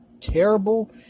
terrible